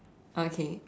okay